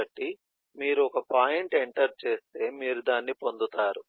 కాబట్టి మీరు ఒక పాయింట్ ఎంటర్ చేస్తే మీరు దాన్ని పొందుతారు